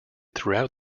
throughout